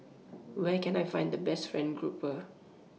Where Can I Find The Best Fried Grouper